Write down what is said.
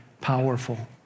powerful